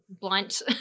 blunt